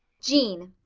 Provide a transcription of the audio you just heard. jean,